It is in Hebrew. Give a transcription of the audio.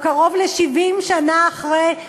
או קרוב ל-70 שנה אחרי,